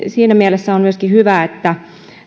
siinä mielessä on myöskin hyvä että